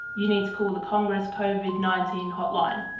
you need to call the congress covid nineteen hotline.